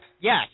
Yes